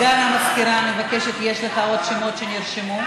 המזכירה, יש לך עוד שמות שנרשמו?